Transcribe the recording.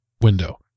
window